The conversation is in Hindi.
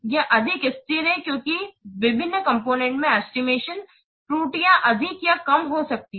यह अधिक स्थिर है क्योंकि विभिन्न कॉम्पोनेन्ट में एस्टिमेशन त्रुटियां अधिक या कम हो सकती है